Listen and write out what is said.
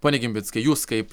pone gimbickai jūs kaip